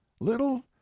little